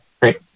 Great